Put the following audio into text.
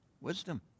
Wisdom